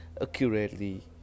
accurately